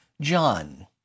John